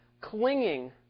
clinging